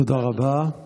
תודה, אדוני.